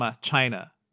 China